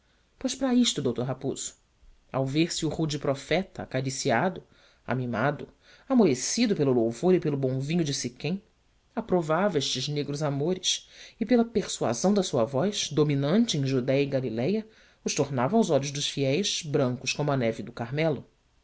pois para isto d raposo a ver se o rude profeta acariciado amimado amolecido pelo louvor e pelo bom vinho de siquém aprovava estes negros amores e pela persuasão da sua voz dominante em judéia e galiléia os tomava aos olhos dos fiéis brancos como a neve do carmelo